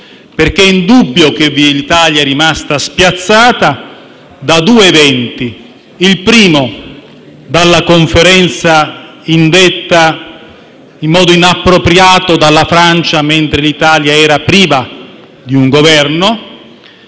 indubbio, infatti, che l'Italia è rimasta spiazzata da due eventi. Il primo è la Conferenza indetta in modo inappropriato dalla Francia mentre l'Italia era priva di un Governo: